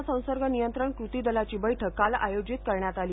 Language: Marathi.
कोरोना संसर्ग नियंत्रण कृती दलाची बैठक काल आयोजित करण्यात आली